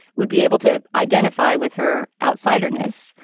would be able to identify with her outsiderness.